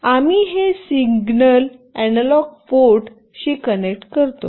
आम्ही हे signal analogue port शी कनेक्ट करतो